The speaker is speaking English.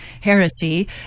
heresy